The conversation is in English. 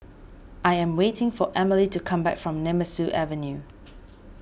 I am waiting for Emely to come back from Nemesu Avenue